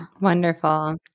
wonderful